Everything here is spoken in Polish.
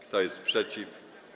Kto jest przeciw?